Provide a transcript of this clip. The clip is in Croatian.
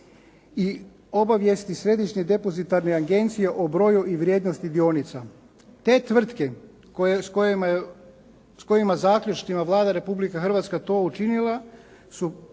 I obavijesti Središnje depozitarne agencije o broju i vrijednosti dionica. Te tvrtke s kojima je, s kojima zaključnima Vlada Republike Hrvatske to učinila su